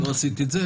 לא עשיתי את זה,